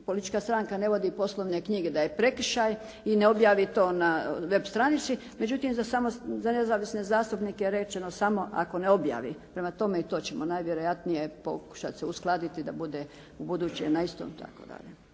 politička stranka ne vodi poslovne knjige da je prekršaj i ne objavi to na web stranici, međutim za nezavisne zastupnike je rečeno samo ako ne objavi. Prema tome i to ćemo najvjerojatnije pokušati uskladiti da bude ubuduće na isto